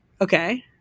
Okay